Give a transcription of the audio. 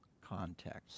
context